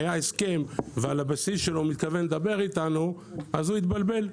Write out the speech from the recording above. היה הסכם ועל הבסיס שלו הוא מתכוון לדבר איתנו אז הוא התבלבל,